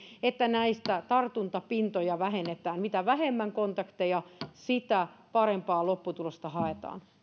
että näitä tartuntapintoja vähennetään mitä vähemmän kontakteja sitä parempaa lopputulosta haetaan